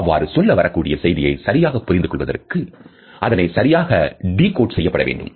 அவ்வாறு சொல்ல வரக்கூடிய செய்தியை சரியாக புரிந்து கொள்வதற்கு அதனை சரியாக டிகோட் செய்யப்பட வேண்டும்